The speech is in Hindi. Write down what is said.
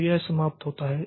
तो यह समाप्त होता है